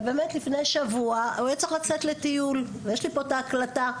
ובאמת לפני שבוע היה צריך לצאת לטיול יש לי פה את ההקלטה,